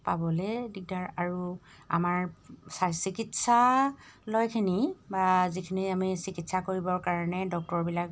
পাবলৈ দিগদাৰ আৰু আমাৰ চিকিৎসালয়খিনি বা যিখিনি আমি চিকিৎসা কৰিবৰ কাৰণে ডক্টৰবিলাক